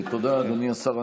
תודה, אדוני השר.